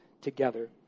together